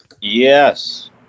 Yes